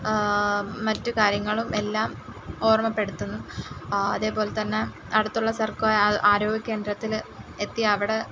മറ്റു കാര്യങ്ങളും എല്ലാം ഓർമ്മപ്പെടുത്തുന്നു അതേപോലെ തന്നെ അടുത്തുള്ള സർക്കാർ ആരോഗ്യ കേന്ദ്രത്തിൽ എത്തി അവിടെ